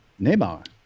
Neymar